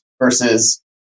versus